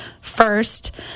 first